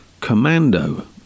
Commando